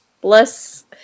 Bless